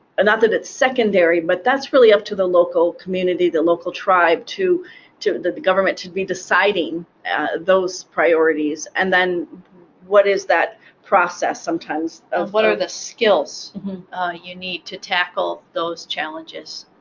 and not that it's secondary, but that's really up to the local community, the local tribe, to to the government, to to be deciding those priorities. and then what is that process? sometimes what are the skills you need to tackle those challenges